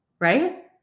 right